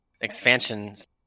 expansions